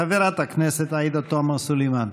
חברת הכנסת עאידה תומא סלימאן.